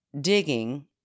digging